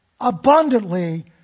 abundantly